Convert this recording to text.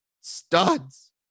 Studs